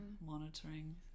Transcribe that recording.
monitoring